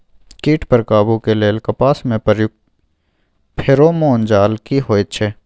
कीट पर काबू के लेल कपास में प्रयुक्त फेरोमोन जाल की होयत छै?